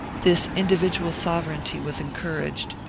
this individual sovereignty was encouraged.